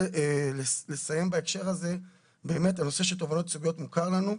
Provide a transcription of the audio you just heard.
הנושא של תובענות ייצוגיות מוכר לנו.